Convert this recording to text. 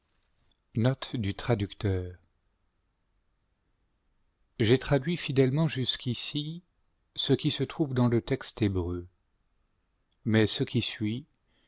j'ai traduit fidèlement jasqn'iei ce qui se trouve dans le texte hébreu mais ce qui suit